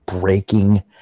breaking